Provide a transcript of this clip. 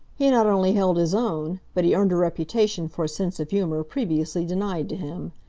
he not only held his own, but he earned a reputation for a sense of humour previously denied to him.